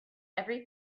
every